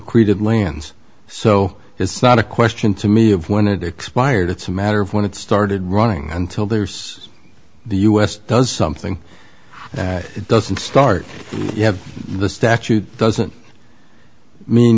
accreted lands so it's not a question to me of when it expired it's a matter of when it started running until there's the us does something that doesn't start you have the statute doesn't mean